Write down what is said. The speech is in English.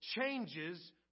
changes